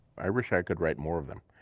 i wish i could write more of them.